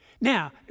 Now